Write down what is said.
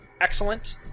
excellent